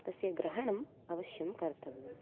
तस्य ग्रहणम् अवश्यं कर्तव्यम्